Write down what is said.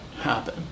happen